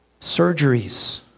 surgeries